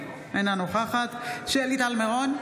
אינה נוכחת שלי טל מירון,